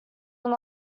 were